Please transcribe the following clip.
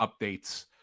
updates